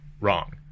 Wrong